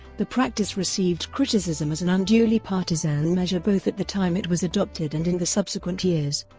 the practice received criticism as an unduly partisan measure both at the time it was adopted and in the subsequent years.